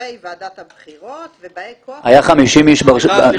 וחברי ועדת הבחירות ובאי כוח רשימת